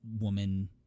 woman